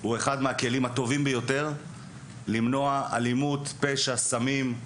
הוא מהכלים הטובים ביותר למנוע אלימות, פשע, סמים,